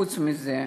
חוץ מזה,